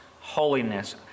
holiness